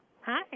Hi